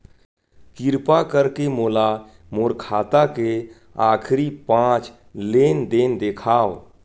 किरपा करके मोला मोर खाता के आखिरी पांच लेन देन देखाव